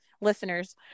listeners